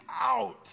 out